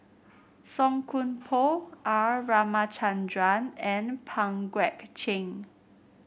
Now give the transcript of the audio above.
Song Koon Poh R Ramachandran and Pang Guek Cheng